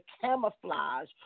camouflage